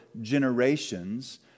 generations